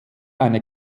eine